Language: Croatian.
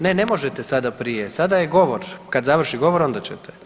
Ne, ne možete sada prije, sada je govor, kad završi govor onda ćete.